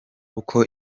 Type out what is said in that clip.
uko